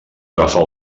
agafar